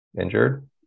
injured